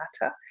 matter